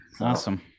Awesome